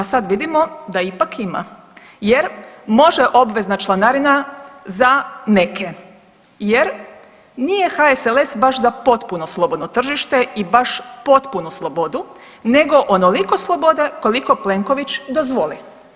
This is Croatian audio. A sad vidimo da ipak ima jer može obvezna članarina za neke jer nije HSLS za potpuno slobodno tržište i baš potpunu slobodu nego onoliko slobode koliko Plenković dozvoli.